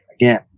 again